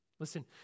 Listen